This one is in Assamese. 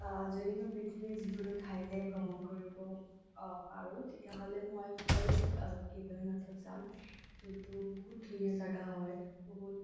যদি মই পৃথিৱীৰ যিকোনো ঠাইলে ভ্ৰমণ কৰিব পাৰোঁ তেতিয়াহ'লে মই ফাৰ্ষ্ট কেদাৰনাথত যাম যোনতো বহুত ধুনীয়া জেগা হয় বহুত